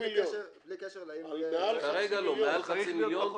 בלי קשר לשאלה האם --- אבל מעל חצי מיליון.